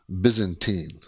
Byzantine